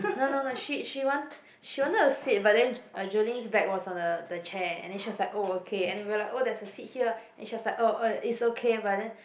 no no no she she want she wanted to sit but then uh Jolene's bag was on the the chair and then she was like oh okay anyway we were like there's a seat here and she was like oh oh it's okay but then